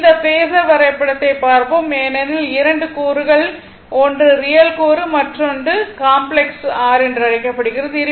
அந்த பேஸர் வரைபடத்தைப் பார்ப்போம் ஏனெனில் 2 கூறுகள் ஒன்று ரியல் கூறு மற்றொன்று r காம்ப்ளக்ஸ் r என்று அழைக்கப்படுவது